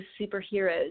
superheroes